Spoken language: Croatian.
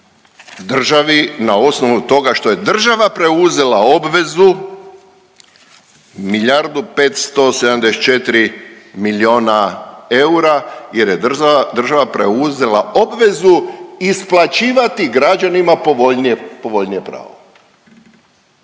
državi na osnovu toga što je država preuzela obvezu milijardu i 574 milijuna eura jer je država preuzela obvezu isplaćivati građanima povoljnije pravo.